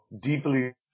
deeply